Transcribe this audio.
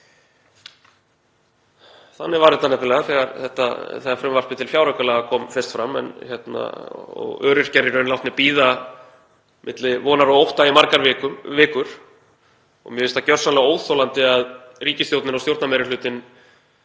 Þannig var þetta nefnilega þegar frumvarp til fjáraukalaga kom fyrst fram og öryrkjar látnir bíða milli vonar og ótta í margar vikur. Mér finnst það gjörsamlega óþolandi að ríkisstjórnin og stjórnarmeirihlutinn